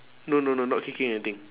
no no no not kicking anything